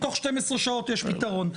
תוך כ-12 שעות יש פתרון,